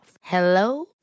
Hello